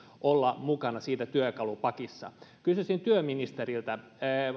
olla mukana siinä työkalupakissa kysyisin työministeriltä